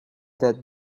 that